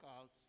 out